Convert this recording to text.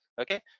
okay